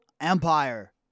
empire